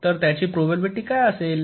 तर त्याची प्रोबॅबिलिटी काय असेल